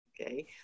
Okay